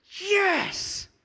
Yes